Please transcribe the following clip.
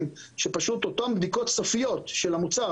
שאותן בדיקות סופיות של המוצר,